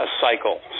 cycle